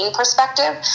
perspective